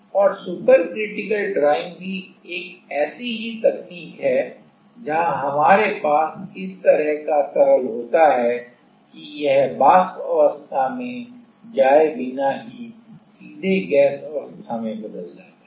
और super critical drying भी एक ऐसी ही तकनीक है जहां हमारे पास इस प्रकार का तरल होता है कि यह वाष्प अवस्था में जाए बिना ही सीधे गैस अवस्था में बदल जाता है